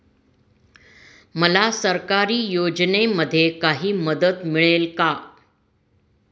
मला सरकारी योजनेमध्ये काही मदत मिळेल का?